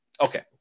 Okay